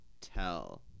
tell